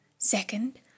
Second